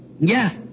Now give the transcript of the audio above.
Yes